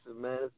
man